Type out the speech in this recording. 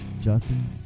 Justin